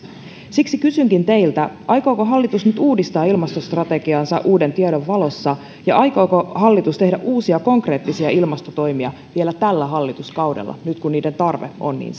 siksi kysynkin teiltä aikooko hallitus nyt uudistaa ilmastostrategiaansa uuden tiedon valossa ja aikooko hallitus tehdä uusia konkreettisia ilmastotoimia vielä tällä hallituskaudella nyt kun niiden tarve on niin